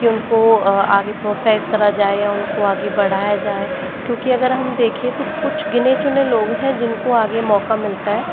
कि उनको आगे प्रोत्साहित करा जाए या उनको आगे बढ़ाया जाए क्योंकि अगर हम देखें तो कुछ गिने चुने लोग हैं जिनको आगे मौका मिलता है